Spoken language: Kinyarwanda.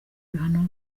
ibihano